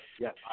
yes